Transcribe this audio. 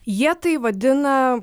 jie tai vadina